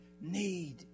need